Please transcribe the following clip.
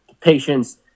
patience